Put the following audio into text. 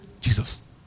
Jesus